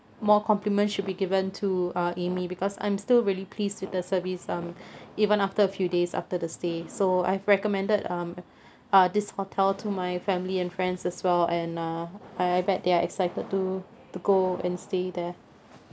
more compliment should be given to uh amy because I'm still really pleased with the service um even after a few days after the stay so I've recommended um uh this hotel to my family and friends as well and uh I I bet they are excited to to go and stay there